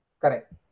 Correct